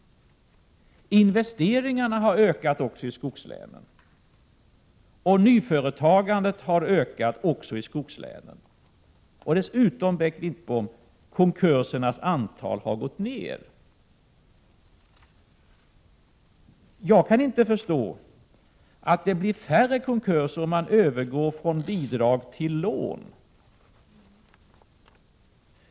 Investeringarna har ökat också i skogslänen, och nyföretagandet har ökat också i skogslänen. Dessutom, Bengt Wittbom, har konkursernas antal gått ned. Jag kan inte förstå att det skulle bli färre konkurser om man övergår från bidrag till lån.